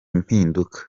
mpinduka